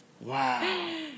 Wow